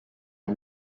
are